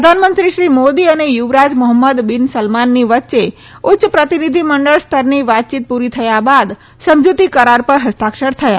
પ્રધાનમંત્રી શ્રી મોદી અને યુવરાજ મોહમ્મદ બિન સલમાનની વચ્ચે ઉચ્ય પ્રતિનિધિમંડળ સ્તરની વાતચીત પૂરી થયા બાદ સમજૂતી કરાર પર ફસ્તાક્ષર થયા